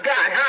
God